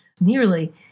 nearly